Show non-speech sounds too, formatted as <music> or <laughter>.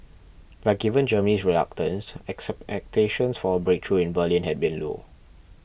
but given Germany's reluctance <unintelligible> for a breakthrough in Berlin had been low